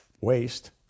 waste